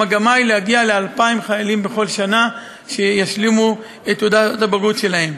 המגמה היא להגיע ל-2,000 חיילים בכל שנה שישלימו את תעודת הבגרות שלהם.